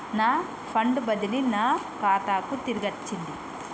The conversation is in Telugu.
నా ఫండ్ బదిలీ నా ఖాతాకు తిరిగచ్చింది